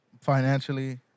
Financially